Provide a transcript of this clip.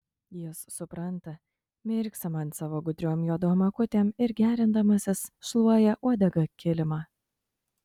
jis supranta mirksi man savo gudriom juodom akutėm ir gerindamasis šluoja uodega kilimą